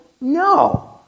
No